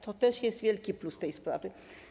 To też jest wielki plus tej sprawy.